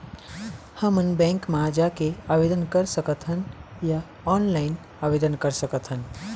हमन बैंक मा जाके आवेदन कर सकथन या ऑनलाइन आवेदन कर सकथन?